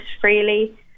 freely